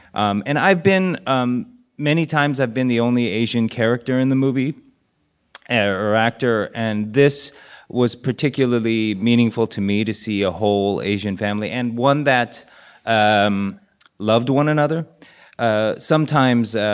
um and i've been um many times, i've been the only asian character in the movie and or actor, and this was particularly meaningful to me to see a whole asian family and one that um loved one another ah sometimes,